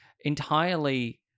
entirely-